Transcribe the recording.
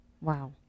Wow